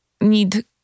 need